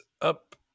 up